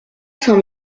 saint